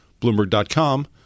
Bloomberg.com